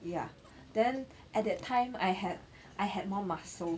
ya then at that time I had I had more muscle